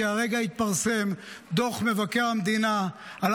כי הרגע התפרסם דוח מבקר המדינה על